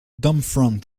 domfront